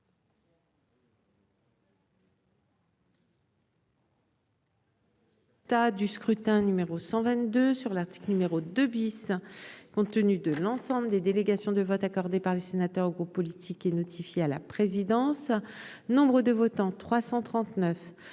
as du scrutin numéro 122 sur l'article numéro 2 bis, compte tenu de l'ensemble des délégations de vote accordé par les sénateurs groupes politiques et notifié à la présidence, nombre de votants 339